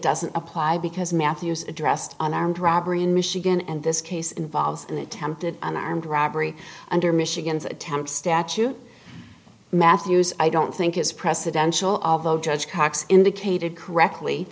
doesn't apply because mathews addressed an armed robbery in michigan and this case involves an attempted armed robbery under michigan's attempt statute matthews i don't think is presidential although judge cox indicated correctly